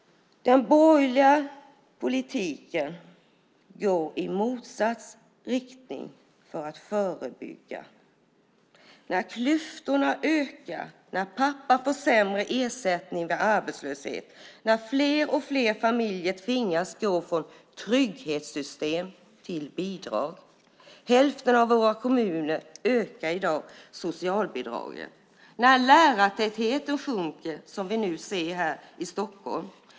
Den borgerliga politiken går i motsatt riktning för att förebygga. Klyftorna ökar. Pappa får sämre ersättning vid arbetslöshet. Fler och fler familjer tvingas gå från trygghetssystem till bidrag. Hälften av våra kommuner ökar i dag socialbidraget. Lärartätheten blir sämre, vilket vi nu ser här i Stockholm.